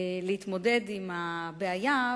להתמודד עם הבעיה,